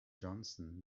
johnson